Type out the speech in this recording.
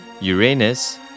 Uranus